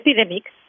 epidemics